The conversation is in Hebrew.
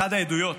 אחת העדויות,